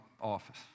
office